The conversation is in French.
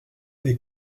n’est